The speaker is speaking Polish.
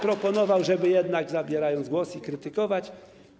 Proponowałbym, żeby jednak, zabierając głos i krytykując.